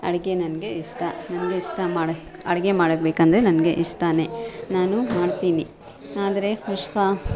ಅಡುಗೆ ನನಗೆ ಇಷ್ಟ ನನಗೆ ಇಷ್ಟ ಮಾಡಕ್ಕೆ ಅಡುಗೆ ಮಾಡಬೇಕಂದ್ರೆ ನನಗೆ ಇಷ್ಟನೇ ನಾನು ಮಾಡ್ತೀನಿ ಆದರೆ ಕುಷ್ಕಾ